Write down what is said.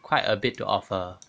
quite a bit to offer